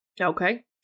Okay